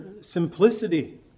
simplicity